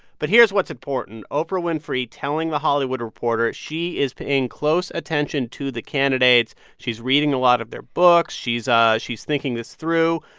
but here's what's important oprah winfrey telling the hollywood reporter she is paying close attention to the candidates. she's reading a lot of their books. she's ah she's thinking this through.